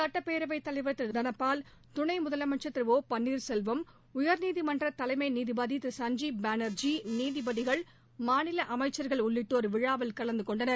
சட்டப்பேரவைத் தலைவர் திரு தனபால் துணை முதலனமச்ச் திரு ஒ பன்னீர்செல்வம் உயர்நீதிமன்ற தலைமை நீதிபதி சஞ்சீப் பானர்ஜி நீதிபதிகள் மாநில அமைச்சர்கள் உள்ளிட்டோர் விழாவில் கலந்த கொண்டனர்